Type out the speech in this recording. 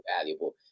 valuable